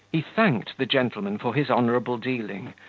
he thanked the gentleman for his honourable dealing,